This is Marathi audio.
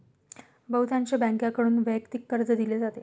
बहुतांश बँकांकडून वैयक्तिक कर्ज दिले जाते